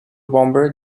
bomber